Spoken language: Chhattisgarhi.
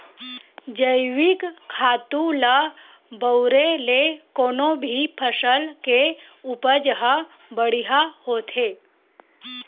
जइविक खातू ल बउरे ले कोनो भी फसल के उपज ह बड़िहा होथे